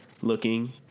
Looking